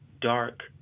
dark